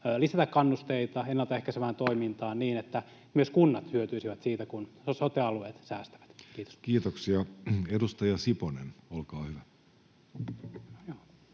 lisätä kannusteita ennaltaehkäisevään toimintaan, niin että myös kunnat hyötyisivät siitä, kun sote-alueet säästävät? — Kiitos. Kiitoksia. — Edustaja Siponen, olkaa hyvä.